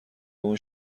اون